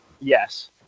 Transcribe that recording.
Yes